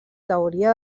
teoria